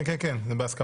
כן, כן, כן, זה בהסכמה.